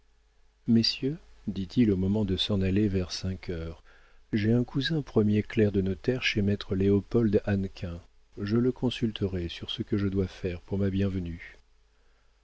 messieurs dit-il au moment de s'en aller vers cinq heures j'ai un cousin premier clerc de notaire chez maître léopold hannequin je le consulterai sur ce que je dois faire pour ma bienvenue